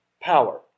power